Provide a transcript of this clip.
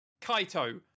kaito